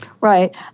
Right